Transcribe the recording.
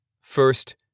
First